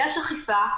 שיש אכיפה,